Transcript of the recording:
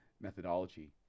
methodology